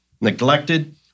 neglected